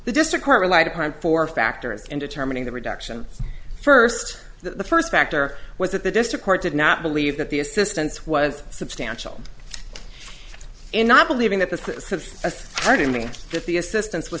the district court relied upon four factors in determining the reduction first the first factor was that the district court did not believe that the assistance was substantial in not believing that the as far to me that the assistance with